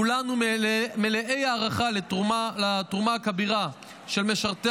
כולנו מלאי הערכה לתרומה הכבירה של משרתי